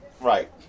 Right